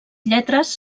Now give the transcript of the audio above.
lletres